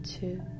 two